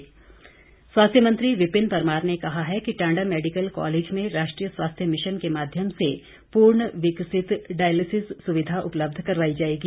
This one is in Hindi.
विपिन परमार स्वास्थ्य मंत्री विपिन परमार ने कहा है कि टांडा मैडिकल कॉलेज में राष्ट्रीय स्वास्थ्य मिशन के माध्यम से पूर्ण विकसित डायलिसिस सुविधा उपलब्ध करवाई जाएगी